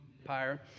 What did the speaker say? Empire